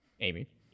Amy